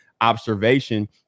observation –